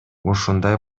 ушундай